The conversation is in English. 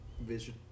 vision